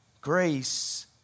Grace